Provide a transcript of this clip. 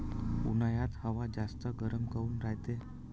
उन्हाळ्यात हवा जास्त गरम काऊन रायते?